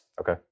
Okay